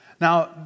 Now